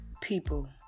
people